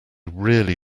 really